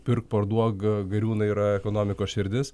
pirk parduok gariūnai yra ekonomikos širdis